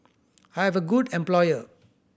I have a good employer